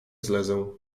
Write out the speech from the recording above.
zlezę